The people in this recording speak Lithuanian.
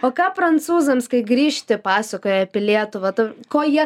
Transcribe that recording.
o ką prancūzams kai grįžti pasakoji apie lietuvą tai ko jie